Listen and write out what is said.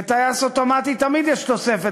בטייס אוטומטי תמיד יש תוספת,